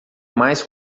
mais